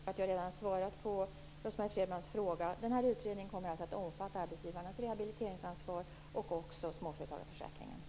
Herr talman! Jag upprepar att jag redan har svarat på Rose-Marie Frebrans fråga. Utredningen kommer alltså att omfatta arbetsgivarnas rehabiliteringsansvar och småföretagarförsäkringen.